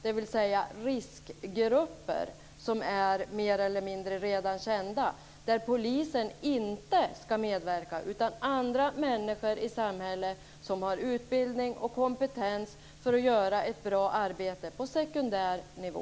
Det är riskgrupper som mer eller mindre redan är kända. Där ska polisen inte medverka. Det finns andra människor i samhället som har utbildning och kompetens för att göra ett bra arbete på sekundär nivå.